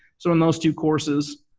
so in those two courses,